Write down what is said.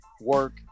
work